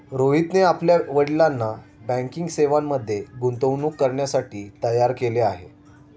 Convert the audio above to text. रोहितने आपल्या वडिलांना बँकिंग सेवांमध्ये गुंतवणूक करण्यासाठी तयार केले आहे